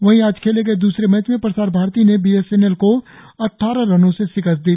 वहीं आज खेले गए दूसरे मैच में प्रसार भारती ने बी एस एन एल को अड्डारह रनों से शिकस्त दी